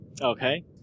Okay